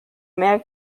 mehr